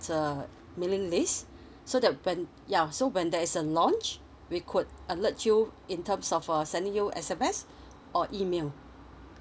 uh mailing list so that when ya so when there is a launch we could alert you in terms of uh sending you S_M_S or email